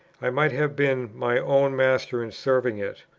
i might have been my own master in serving it.